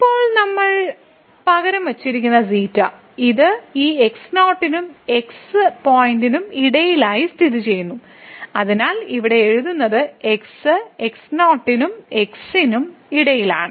ഇപ്പോൾ നമ്മൾ പകരം വച്ചിരിക്കുന്നു ξ ഇത് ഈ x0 നും x പോയിന്റിനും ഇടയിലായി സ്ഥിതിചെയ്യുന്നു അതിനാൽ ഇവിടെ എഴുതുന്നത് x x0 നും x നും ഇടയിലാണ്